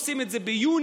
עושים את זה מיוני,